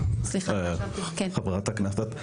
סליחה, חברת הכנסת?